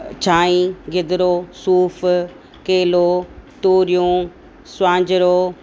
चांहि गिदरो सूफ केलो तुरियूं स्वांजरो